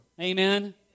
Amen